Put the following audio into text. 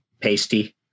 pasty